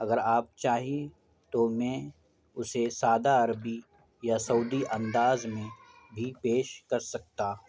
اگر آپ چاہیے تو میں اسے سادہ عربی یا سعودی انداز میں بھی پیش کر سکتا